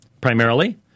primarily